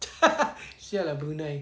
[sial] lah brunei